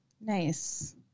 nice